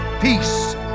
peace